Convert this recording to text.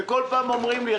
וכל פעם אומרים לי,